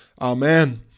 Amen